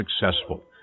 successful